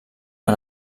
que